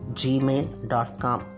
gmail.com